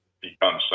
become